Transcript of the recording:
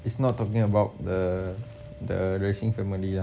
it's not talking about the the racing family lah